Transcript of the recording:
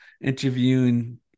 interviewing